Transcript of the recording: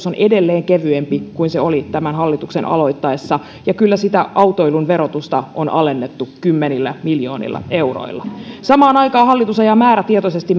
on edelleen kevyempi kuin se oli tämän hallituksen aloittaessa ja kyllä sitä autoilun verotusta on alennettu kymmenillä miljoonilla euroilla samaan aikaan hallitus ajaa määrätietoisesti